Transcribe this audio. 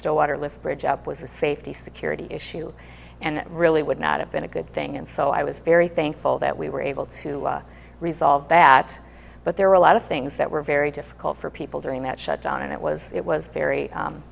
still water lift bridge up was a safety security issue and it really would not have been a good thing and so i was very thankful that we were able to resolve that but there were a lot of things that were very difficult for people during that shutdown and it was it was very